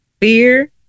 fear